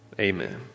Amen